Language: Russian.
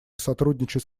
сотрудничать